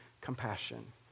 compassion